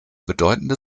bedeutende